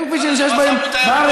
אין כבישים שיש בהם בארץ,